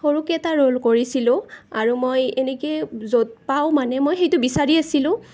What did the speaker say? সৰুকৈ এটা ৰোল কৰিছিলোঁ আৰু মই এনেকৈ য'ত পাওঁ মানে মই সেইটো বিচাৰি আছিলোঁ